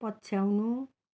पछ्याउनु